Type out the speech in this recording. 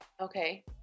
Okay